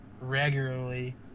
regularly